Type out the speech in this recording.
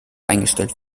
eingestellt